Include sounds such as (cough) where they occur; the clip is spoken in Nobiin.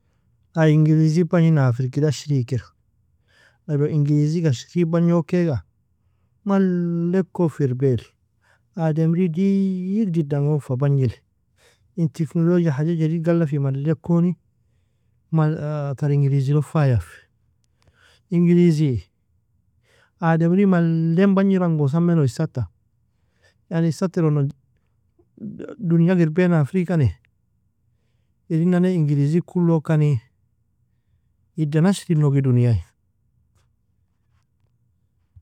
Ay inglizig bagninan ga firgir ashri kir, aylon inglizi ga ashrig bagnokaiga, malle kon fa irbair, ademri digididan gon fa bagnil, in teknologia haja jadid galla fi male koni, (hesitation) tar ingilizi log faia fi, inglizi ademri malen bagnir angosa meno isata, yani isat iron non (hesitation) duniag irbainan ga firgikani, irin nane ingilizi ga kulokani, idan ashrig nogi dunia i.